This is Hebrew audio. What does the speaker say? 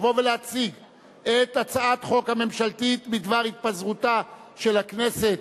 לבוא ולהציג את הצעת החוק הממשלתית בדבר התפזרותה של הכנסת,